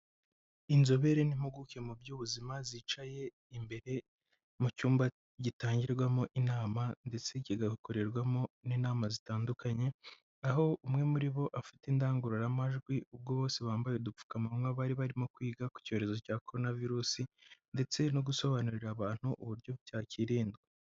Inzobere n'impuguke mu by'ubuzima zicaye imbere, mu cyumba gitangirwamo inama ndetse kigakorerwamo n'inama zitandukanye. Aho umwe muri bo afite indangururamajwi, ubwo bose bambaye udupfukamunwa bari barimo kwiga ku cyorezo cya corona virus ndetse no gusobanurira abantu uburyo cyakirindwa.